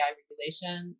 regulation